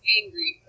angry